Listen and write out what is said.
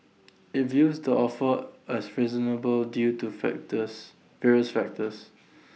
IT views the offer as reasonable due to factors various factors